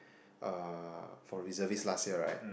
uh for reservist last year right